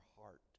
heart